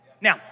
Now